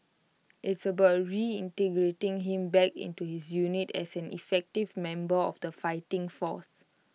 it's about reintegrating him back into his unit as an effective member of the fighting force